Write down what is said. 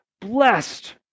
blessed